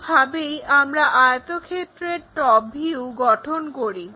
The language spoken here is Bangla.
এইভাবেই আমরা আয়তক্ষেত্রের টপ ভিউ গঠন করি